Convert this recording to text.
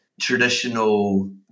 traditional